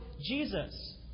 Jesus